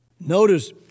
Notice